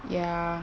ya